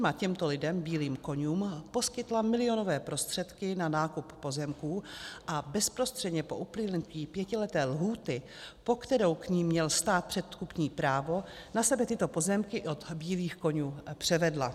Firma těmto lidem bílým koňům poskytla milionové prostředky na nákup pozemků a bezprostředně po uplynutí pětileté lhůty, po kterou k ní měl stát předkupní právo, na sebe tyto pozemky od bílých koňů převedla.